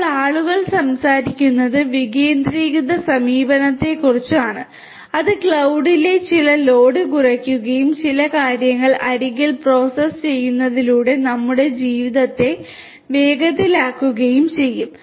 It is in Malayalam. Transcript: ഇപ്പോൾ ആളുകൾ സംസാരിക്കുന്നത് വികേന്ദ്രീകൃത സമീപനത്തെക്കുറിച്ചാണ് അത് ക്ലൌഡിലെ ചില ലോഡ് കുറയ്ക്കുകയും ചില കാര്യങ്ങൾ അരികിൽ പ്രോസസ്സ് ചെയ്യുന്നതിലൂടെ നമ്മുടെ ജീവിതത്തെ വേഗത്തിലാക്കുകയും ചെയ്യും